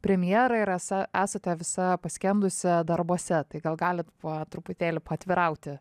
premjerą ir esa esate visa paskendusi darbuose tai gal galit po truputėlį paatvirauti